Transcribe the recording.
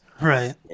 Right